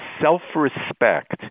self-respect